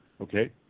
Okay